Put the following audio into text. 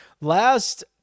Last